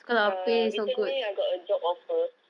ya lor recently I got a job offer